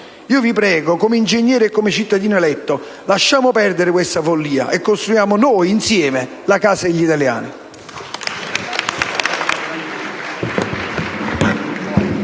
Vi prego, come ingegnere e come cittadino eletto: lasciamo perdere questa follia e costruiamo noi, insieme, la casa degli italiani.